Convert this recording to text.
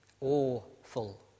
awful